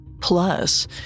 Plus